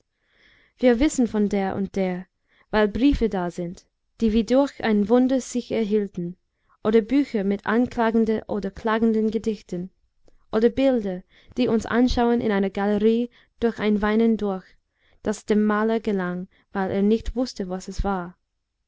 wir wissen von der und der weil briefe da sind die wie durch ein wunder sich erhielten oder bücher mit anklagenden oder klagenden gedichten oder bilder die uns anschauen in einer galerie durch ein weinen durch das dem maler gelang weil er nicht wußte was es war